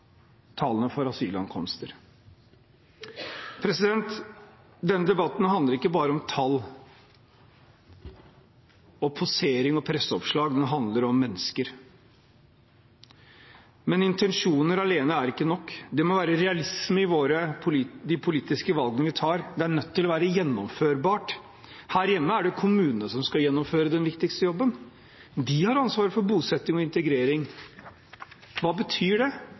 tallene for asylankomster. Denne debatten handler ikke bare om tall, posering og presseoppslag. Den handler om mennesker. Men intensjoner alene er ikke nok. Det må være realisme i de politiske valgene vi tar. Det er nødt til å være gjennomførbart. Her hjemme er det kommunene som skal gjøre den viktigste jobben. De har ansvaret for bosetting og integrering. Hva betyr det?